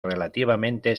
relativamente